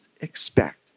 expect